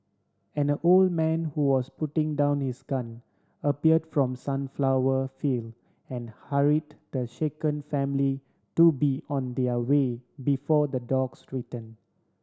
an old man who was putting down his gun appeared from sunflower field and hurried the shaken family to be on their way before the dogs return